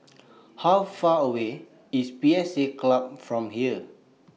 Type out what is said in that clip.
How Far away IS P S A Club from here